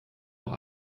auch